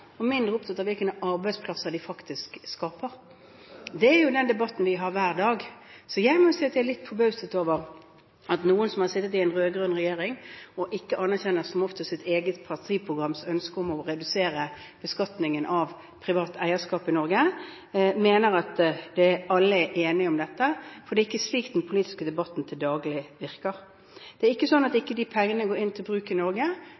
og mindre opptatt av hvilke arbeidsplasser de faktisk skaper. Det er jo den debatten vi har hver dag. Jeg må si at jeg er litt forbauset over at noen som har sittet i en rød-grønn regjering som ikke anerkjenner ens eget partiprograms ønske om å redusere beskatningen av privat eierskap i Norge, mener at alle er enige om dette. For det er ikke slik den politiske debatten til daglig virker. Det er ikke sånn at de pengene ikke går til bruk i Norge.